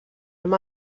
amb